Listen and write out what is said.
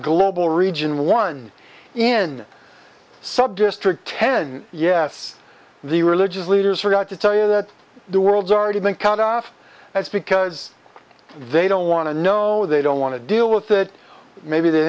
global region one in subdistrict ten yes the religious leaders are not to tell you that the world's already been cut off that's because they don't want to know they don't want to deal with that maybe they